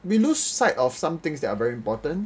we lose sight of some things that are very important